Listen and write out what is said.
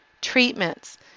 Treatments